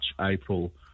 April